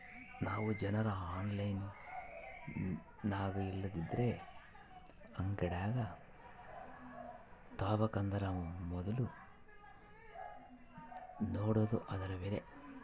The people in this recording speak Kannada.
ನಾವು ಏನರ ಆನ್ಲೈನಿನಾಗಇಲ್ಲಂದ್ರ ಅಂಗಡ್ಯಾಗ ತಾಬಕಂದರ ಮೊದ್ಲು ನೋಡಾದು ಅದುರ ಬೆಲೆ